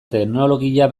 teknologia